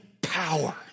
power